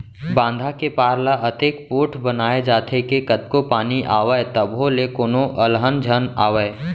बांधा के पार ल अतेक पोठ बनाए जाथे के कतको पानी आवय तभो ले कोनो अलहन झन आवय